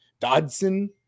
Dodson